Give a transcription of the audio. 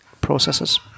processes